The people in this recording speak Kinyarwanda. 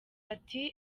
ati